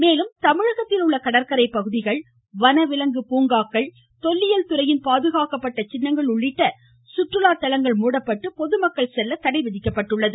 மேலும் தமிழகத்தில் உள்ள கடற்கரை பகுதிகள் வனவிலங்கு பூங்காக்கள் தொல்லியல் துறையின் பாதுகாக்கப்பட்ட சின்னங்கள் உள்ளிட்ட சுற்றுலா தலங்கள் மூடப்பட்டு பொதுமக்கள் செல்ல தடை விதிக்கப்பட்டுள்ளது